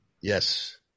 Yes